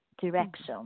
Direction